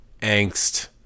angst